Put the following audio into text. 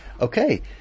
Okay